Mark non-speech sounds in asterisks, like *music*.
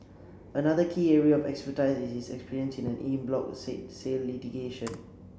another key area of expertise is his experience in en bloc *unintelligible* sale litigation